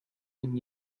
when